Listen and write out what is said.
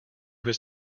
was